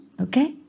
Okay